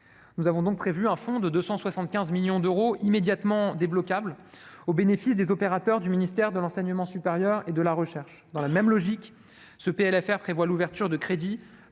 Nous avons donc prévu un fonds de 275 millions d'euros, qui pourra être immédiatement débloqué au bénéfice des opérateurs du ministère de l'enseignement supérieur et de la recherche. Dans la même logique, ce PLFR prévoit l'ouverture de crédits